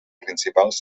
principals